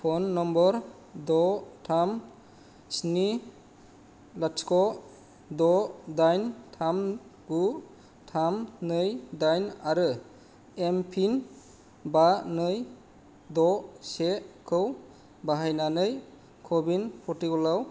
phone number द' थाम स्नि लाथिख' द' दाइन थाम गु थाम नै दाइन आरो एम पिन बा नै द' सेखौ बाहायनानै क' विन प'र्टेलाव